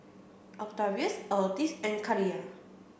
Octavius Otis and Kaliyah